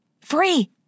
Free